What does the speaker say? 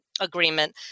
agreement